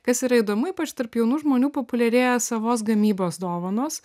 kas yra įdomu ypač tarp jaunų žmonių populiarėja savos gamybos dovanos